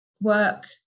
work